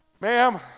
ma'am